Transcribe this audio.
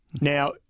Now